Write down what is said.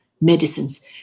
medicines